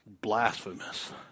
Blasphemous